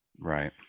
right